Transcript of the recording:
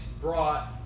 brought